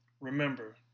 Remember